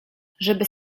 żeby